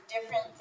different